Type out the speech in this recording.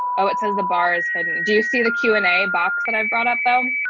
oh, it says the bars hidden. do you see the q and a box when i brought up um